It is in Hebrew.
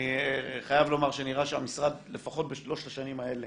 אני חייב לומר שנראה שהמשרד לפחות בשלוש השנים האלה